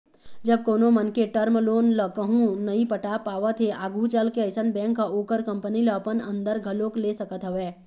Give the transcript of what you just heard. जब कोनो मनखे टर्म लोन ल कहूँ नइ पटा पावत हे आघू चलके अइसन बेंक ह ओखर कंपनी ल अपन अंदर घलोक ले सकत हवय